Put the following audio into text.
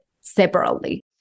separately